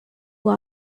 who